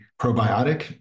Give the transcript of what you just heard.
probiotic